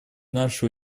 наши